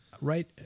right